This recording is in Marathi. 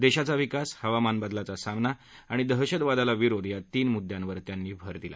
दधीचा विकास हवामान बदलाचा सामना आणि दहशतवादाला विरोध या तीन मुद्यांवर त्यांनी भर दिला